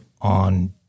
on